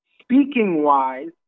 speaking-wise